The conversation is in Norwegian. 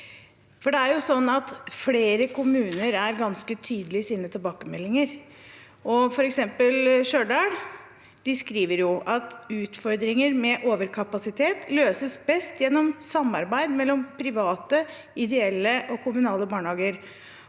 Flere kommuner er ganske tydelige i sine tilbakemeldinger, og f.eks. Stjørdal skriver: «Utfordringer med overkapasitet løses best gjennom samarbeid mellom private, ideelle og kommunale barnehager,